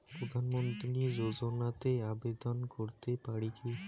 প্রধানমন্ত্রী যোজনাতে আবেদন করতে পারি কি?